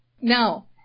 now